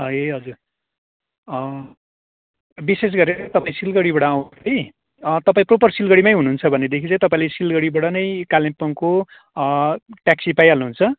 ए हजुर विशेष गरेर तपाईँ सिलगडीबाट आउनुहुने अँ तपाईँ प्रपर सिलगडीमै हुनुहुन्छ भनेदखि चाहिँ तपाईँले सिलगडीबाट नै कालिम्पोङको ट्याक्सी पाई हाल्नुहुन्छ